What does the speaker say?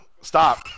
stop